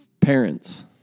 Parents